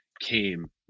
came